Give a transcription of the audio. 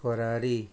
Ferrari